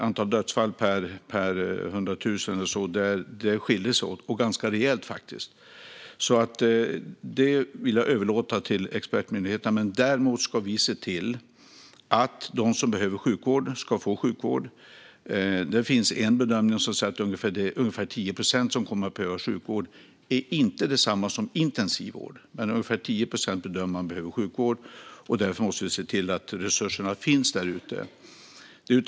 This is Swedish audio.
Antalet dödsfall per hundra tusen eller så skiljer sig åt - ganska rejält faktiskt. Detta vill jag alltså överlåta till expertmyndigheterna. Däremot ska vi se till att de som behöver sjukvård ska få sjukvård. En bedömning är att det är ungefär 10 procent som kommer att behöva sjukvård - det är inte detsamma som intensivvård. Därför måste vi se till att resurserna finns där ute.